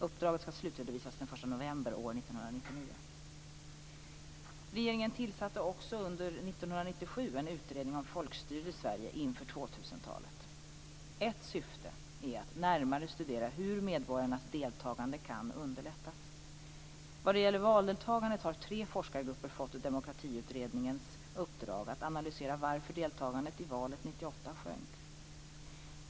Uppdraget skall slutredovisas den Regeringen tillsatte också under 1997 en utredning om folkstyret i Sverige inför 2000-talet . Ett syfte är att närmare studera hur medborgarnas deltagande kan underlättas. Vad det gäller valdeltagandet har tre forskargrupper fått Demokratiutredningens uppdrag att analysera varför deltagandet i valet 1998 sjönk.